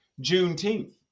Juneteenth